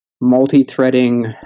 multi-threading